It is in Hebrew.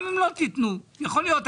לאישור גם אם לא תיתנו, יכול להיות.